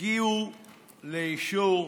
הגיעו לאישור,